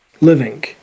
living